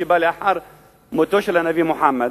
שבא לאחר מותו של הנביא מוחמד,